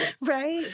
Right